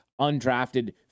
undrafted